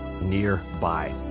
nearby